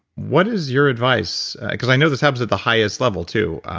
what is your advice? cause i know this happens at the highest level too.